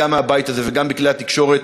גם מהבית הזה וגם בכלי התקשורת,